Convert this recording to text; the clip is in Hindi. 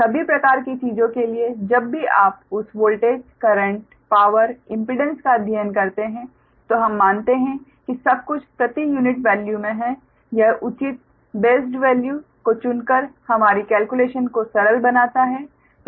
सभी प्रकार की चीजों के लिए जब भी आप उस वोल्टेज करंट पावर इम्पीडेंस का अध्ययन करते हैं तो हम मानते हैं कि सब कुछ प्रति यूनिट वैल्यू में है यह उचित बेस्ड वैल्यू को चुनकर हमारी कैलक्युलेशन को सरल बनाता है